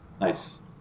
Nice